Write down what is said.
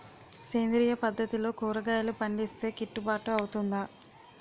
సేంద్రీయ పద్దతిలో కూరగాయలు పండిస్తే కిట్టుబాటు అవుతుందా?